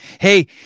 Hey